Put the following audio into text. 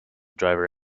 driver